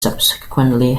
subsequently